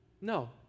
No